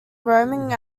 roaming